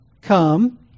come